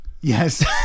Yes